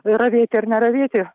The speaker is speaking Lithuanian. ravėti ar neravėti